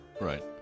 Right